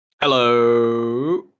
Hello